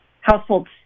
households